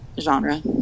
genre